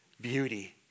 beauty